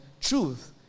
truth